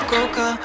Coca